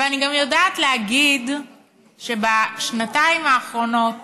אבל אני גם יודעת להגיד שבשנתיים האחרונות